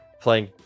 playing